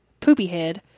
Poopyhead